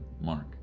Mark